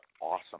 awesome